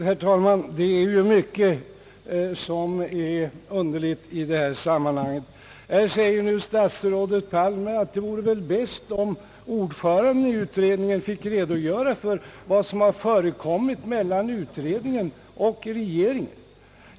Herr talman! Det är mycket som är underligt i detta sammanhang. Här säger statsrådet Palme att det vore bäst om ordföranden i utredningen fick redogöra för vad som förekommit mellan utredningen och regeringen.